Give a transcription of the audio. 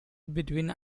between